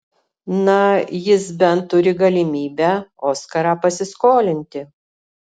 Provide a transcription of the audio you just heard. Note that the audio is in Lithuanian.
na jis bent turi galimybę oskarą pasiskolinti